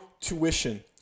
tuition